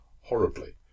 horribly